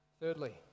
Thirdly